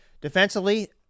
Defensively